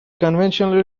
conventionally